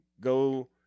Go